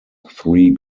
three